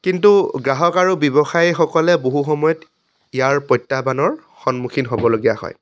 কিন্তু গ্ৰাহক আৰু ব্যৱসায়ীসকলে বহু সময়ত ইয়াত প্ৰত্যাহ্বানৰ সন্মুখীন হ'বলগীয়া হয়